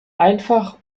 einfach